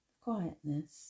Quietness